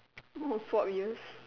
want to swap ears